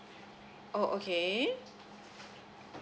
oh okay